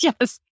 yes